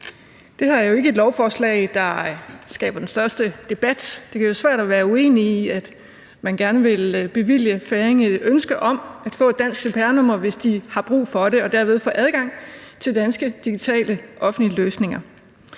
Det her er jo ikke et lovforslag, der skaber den store debat. Det er jo svært at være uenig i at gerne ville bevilge færingerne et ønske om at få et dansk cpr-nummer, hvis de har brug for det, og dermed få adgang til danske digitale offentlige løsninger.